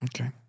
Okay